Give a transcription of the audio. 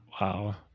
Wow